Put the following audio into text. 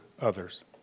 others